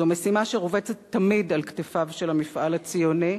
זו משימה שרובצת תמיד על כתפיו של המפעל הציוני,